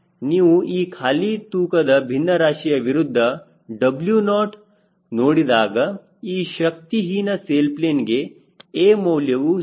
ನೀವು ಈ ಖಾಲಿ ತೂಕದ ಭಿನ್ನರಾಶಿ ವಿರುದ್ಧ W ನಾಟ್ ನೋಡಿದಾಗ ಈ ಶಕ್ತಿಹೀನ ಸೇಲ್ ಪ್ಲೇನ್ ಗೆ A ಮೌಲ್ಯವು 0